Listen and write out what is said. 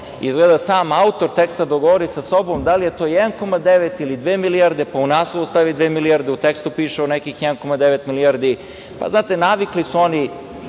izgleda sam autor teksta dogovori sa sobom da li je to 1,9 ili dve milijarde pa u naslovu stavi dve milijarde, a u tekstu piše o nekih 1,9 milijardi. Znate, navikli su oni